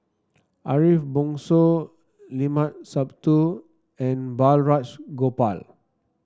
Ariff Bongso Limat Sabtu and Balraj Gopal